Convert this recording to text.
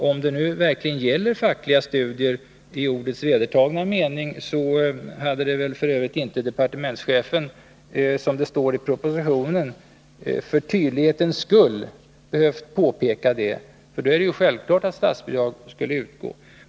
Om det nu verkligen gäller fackliga studier i ordets vedertagna mening, så hade väl f. ö. inte departementschefen ”för tydlighetens skull”, som det står i propositionen, behövt påpeka det. Då är det ju självklart att statsbidrag utgår.